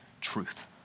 truth